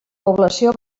població